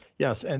yes. and